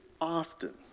often